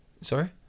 sorry